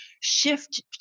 shift